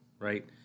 right